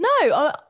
no